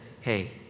hey